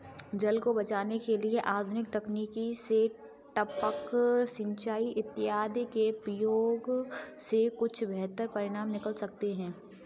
जल को बचाने के लिए आधुनिक तकनीक से टपक सिंचाई इत्यादि के प्रयोग से कुछ बेहतर परिणाम निकल सकते हैं